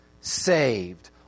Saved